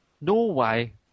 Norway –